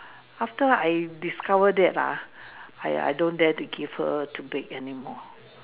after I discovered that ah I I don't dare to give her to bake anymore